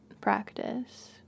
practice